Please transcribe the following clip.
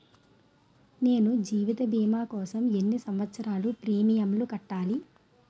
నేను జీవిత భీమా కోసం ఎన్ని సంవత్సారాలు ప్రీమియంలు కట్టాలి?